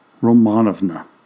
Romanovna